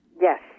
Yes